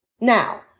Now